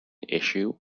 issue